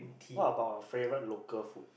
what about your favorite local food